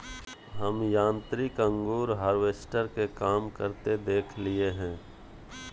हम यांत्रिक अंगूर हार्वेस्टर के काम करते देखलिए हें